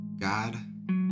God